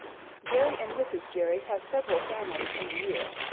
jerry and mrs. jerry have several families in a year,